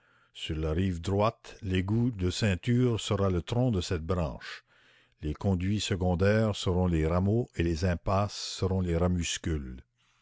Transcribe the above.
sur la rive droite l'égout de ceinture sera le tronc de cette branche les conduits secondaires seront les rameaux et les impasses seront les ramuscules